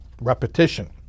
repetition